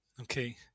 Okay